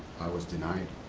i was denied.